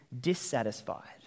dissatisfied